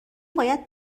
باید